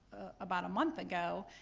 about a month ago,